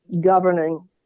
governing